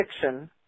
fiction